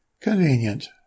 Convenient